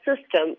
system